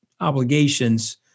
obligations